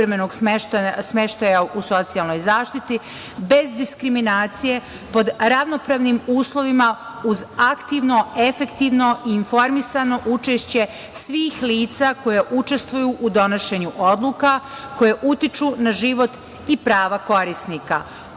privremenog smeštaja u socijalnoj zaštiti bez diskriminacije pod ravnopravnim uslovima uz aktivno, efektivno i informisano učešće svih lica koja učestvuju u donošenju odluka koja utiču na život i prava korisnika.U